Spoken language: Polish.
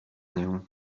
nią